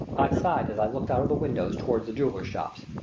i sighed as i looked out of the window toward the jewelers' shops.